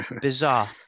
bizarre